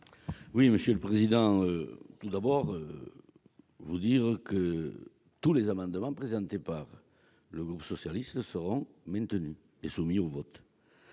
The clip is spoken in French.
de vote. Tout d'abord, je veux dire que tous les amendements présentés par le groupe socialiste seront maintenus et soumis au vote.